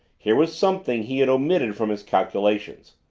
here was something he had omitted from his calculations.